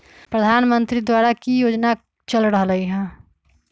प्रधानमंत्री द्वारा की की योजना चल रहलई ह?